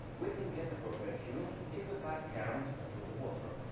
we can get appropriate fuel, if we pass current through the water. ah